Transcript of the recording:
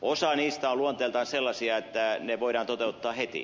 osa niistä on luonteeltaan sellaisia että ne voidaan toteuttaa heti